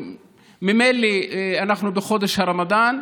וממילא אנחנו בחודש הרמדאן.